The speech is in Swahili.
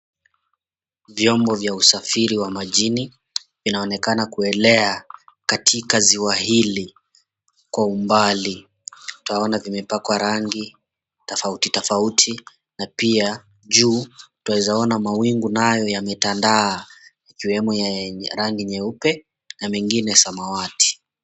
Vyombo vya usafiri wa majini inaonekana kuelea katika ziwa hili kwa umbali. Utaona vimepakwa rangi tofauti tofauti na pia juu twaweza ona mawingu nayo yametandaa, ikiwemo ya yenye rangi nyeupe na mengine samawati.